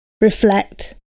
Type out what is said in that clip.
reflect